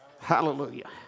Hallelujah